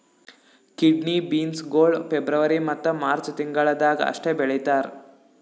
kidney beans ಗೊಳ್ February ಮತ್ತ March ತಿಂಗಿಳದಾಗ್ ಅಷ್ಟೆ ಬೆಳೀತಾರ್